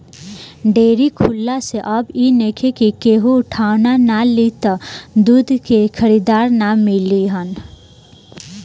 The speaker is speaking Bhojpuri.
डेरी खुलला से अब इ नइखे कि केहू उठवाना ना लि त दूध के खरीदार ना मिली हन